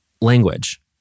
language